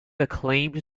acclaimed